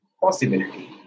possibility